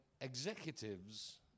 executives